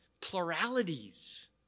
pluralities